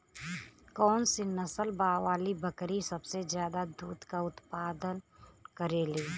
कौन से नसल वाली बकरी सबसे ज्यादा दूध क उतपादन करेली?